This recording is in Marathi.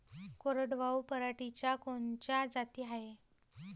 कोरडवाहू पराटीच्या कोनच्या जाती हाये?